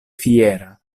fiera